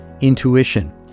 intuition